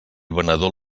venedor